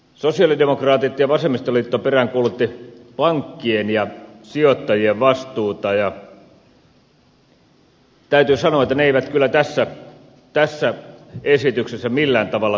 sosialidemokraatit ja vasemmistoliitto peräänkuuluttivat pankkien ja sijoittajien vastuuta ja täytyy sanoa että se ei kyllä tässä esityksessä millään tavalla toteudu